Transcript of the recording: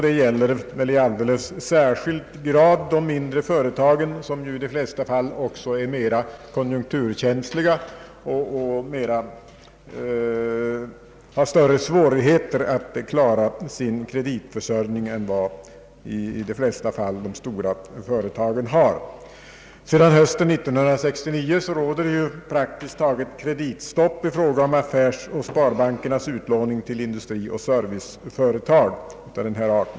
Detta gäller i särskilt hög grad de mindre företagen, som i allmänhet är mera konjunkturkänsliga och har större svårigheter att klara sin kreditförsörjning än vad flertalet av de stora företagen har. Sedan hösten 1969 råder praktiskt taget kreditstopp i fråga om affärsoch sparbankernas utlåning till industrioch serviceföretag av denna art.